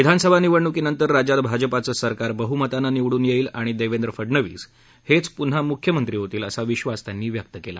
विधानसभा निवडणुकीनंतर राज्यात भाजपाचं सरकार बहुमतानं निवडून येईल आणि देवेंद्र फडनवीस हेच पुन्हा मुख्यमंत्री होतील असा विश्वास शहा यांनी व्यक्त केला